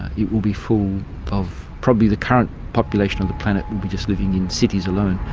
it will be full of. probably the current population of the planet will be just living in cities alone.